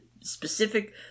specific